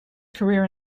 career